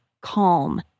calm